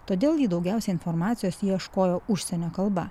todėl ji daugiausiai informacijos ieškojo užsienio kalba